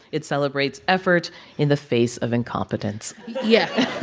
it celebrates effort in the face of incompetence yeah